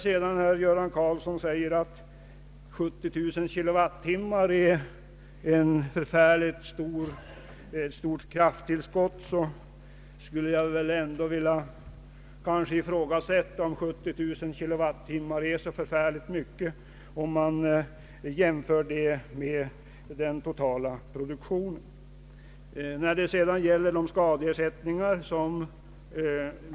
Herr Göran Karlsson säger också att 70 000 kilowattimmar är ett mycket stort krafttillskott, men jag vill ifrågasätta om det är så mycket jämfört med den totala produktionen.